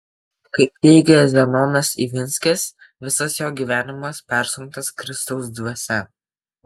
kaip teigia zenonas ivinskis visas jo gyvenimas persunktas kristaus dvasia